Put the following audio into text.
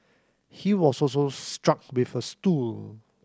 he was also struck with a stool